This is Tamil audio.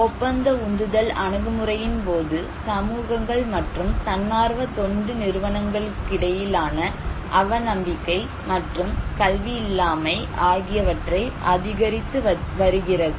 ஒப்பந்த உந்துதல் அணுகுமுறையின் போது சமூகங்கள் மற்றும் தன்னார்வ தொண்டு நிறுவனங்களுக்கிடையிலான அவநம்பிக்கை மற்றும் கல்வி இல்லாமை ஆகியவற்றை அதிகரித்து வருகிறது